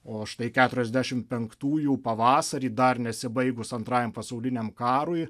o štai keturiasdešimt penktųjų pavasarį dar nesibaigus antrajam pasauliniam karui